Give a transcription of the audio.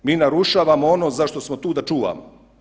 Mi narušavamo ono zašto smo tu da čuvamo.